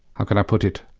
how could i put it?